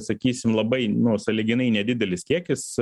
sakysim labai nu sąlyginai nedidelis kiekis